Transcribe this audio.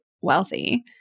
wealthy